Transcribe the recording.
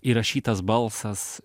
įrašytas balsas